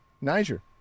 Niger